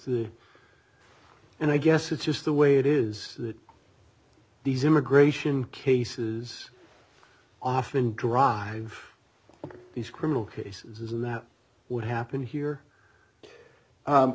the and i guess it's just the way it is that these immigration cases often dr these criminal cases and that would happen here